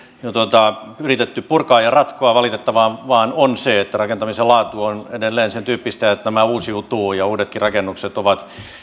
yritetty purkaa ja ratkoa valitettavaa vain on se että rakentamisen laatu on edelleen sentyyppistä että tämä uusiutuu ja uudetkin rakennukset ovat